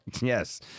Yes